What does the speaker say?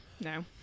no